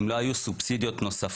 האם לא היו סובסידיות נוספות,